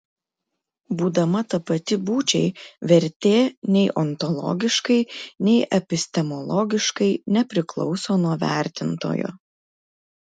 būdama tapati būčiai vertė nei ontologiškai nei epistemologiškai nepriklauso nuo vertintojo